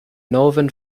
northern